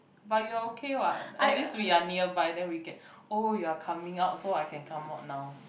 but you're okay what at least we are nearby then we can oh you are coming out so I can come out now